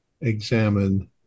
examine